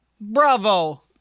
Bravo